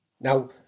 Now